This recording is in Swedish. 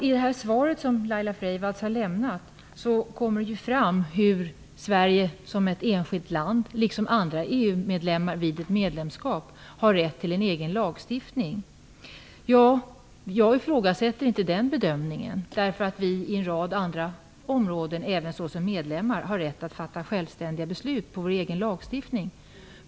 I det svar som Laila Freivalds har lämnat framgår hur Sverige som ett enskilt land vid ett medlemskap liksom andra EU-medlemmar har rätt till en egen lagstiftning. Jag ifrågasätter inte den bedömningen, att vi som medlem i EU på en rad områden kommer att ha rätt att fatta självständiga beslut utifrån vår egen lagstiftning.